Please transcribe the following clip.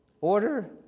Order